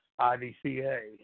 IVCA